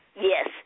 Yes